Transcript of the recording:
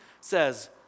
says